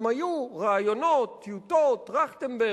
הם היו רעיונות, טיוטות, טרכטנברג,